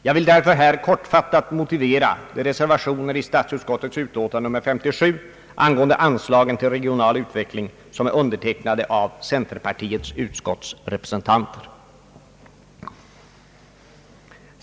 Jag vill därför här kortfattat motivera de reservationer till statsutskottets utlåtande nr 57 angående anslagen till regional utveckling, som är undertecknade av centerpartiets utskottsrepresentanter.